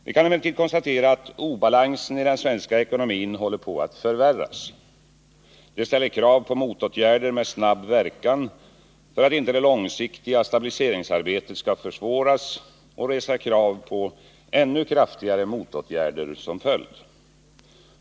Vi kan emellertid konstatera att obalansen i den svenska ekonomin håller på att förvärras. Det ställer krav på motåtgärder med snabb verkan, för att inte det långsiktiga stabiliseringsarbetet skall försvåras och föranleda krav på ännu kraftigare motåtgärder som följd.